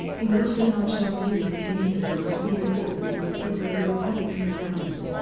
in which the large armenian community might be important in favor of the republican incumbent.